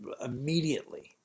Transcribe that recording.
immediately